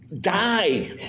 die